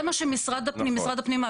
זה מה שמשרד הפנים,